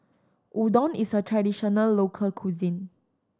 udon is a traditional local cuisine